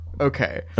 okay